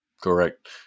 Correct